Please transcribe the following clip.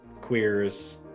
queers